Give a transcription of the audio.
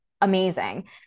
amazing